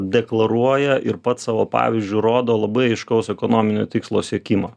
deklaruoja ir pats savo pavyzdžiu rodo labai aiškaus ekonominio tikslo siekimą